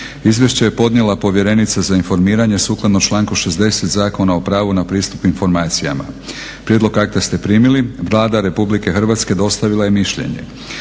Izvješće je podnijela Povjerenica za informiranje sukladno članku 60. Zakona o pravu na pristup informacijama. Prijedlog akta ste primili. Vlada RH dostavila je mišljenje.